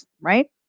right